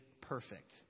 perfect